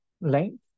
length